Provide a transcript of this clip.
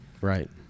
Right